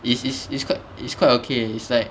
is is is quite it's quite okay is like